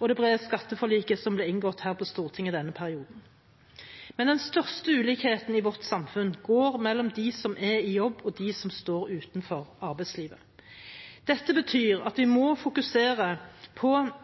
og det brede skatteforliket som ble inngått her på Stortinget denne perioden. Men den største ulikheten i vårt samfunn går mellom dem som er i jobb, og dem som står utenfor arbeidslivet. Dette betyr at vi må fokusere både på